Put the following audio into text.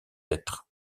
lettre